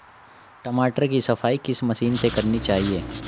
टमाटर की सफाई किस मशीन से करनी चाहिए?